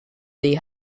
the